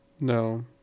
No